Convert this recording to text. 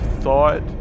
thought